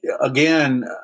again